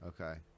Okay